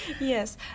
Yes